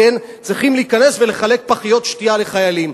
צריכים להיכנס ולחלק פחיות שתייה לחיילים.